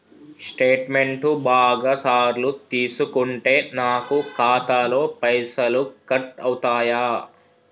Statement బాగా సార్లు తీసుకుంటే నాకు ఖాతాలో పైసలు కట్ అవుతయా?